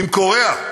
עם קוריאה,